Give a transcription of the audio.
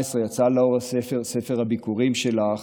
ב-2018 יצא לאור ספר הביכורים שלך,